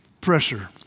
pressure